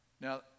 Now